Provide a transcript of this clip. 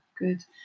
good